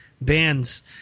bands